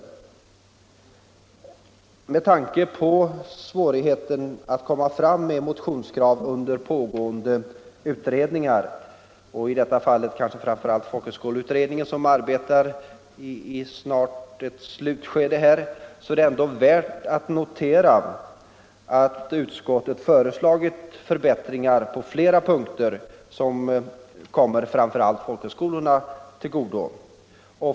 181 Med tanke på svårigheten att nå framgång med motionskrav under pågående utredningar — jag avser i detta fall framför allt folkhögskoleutredningen, som snart är inne i sitt slutskede — är det ändå värt att notera att utskottet föreslagit förbättringar på flera punkter som kommer främst folkhögskolorna till godo.